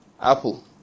Apple